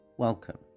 Welcome